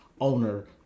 owner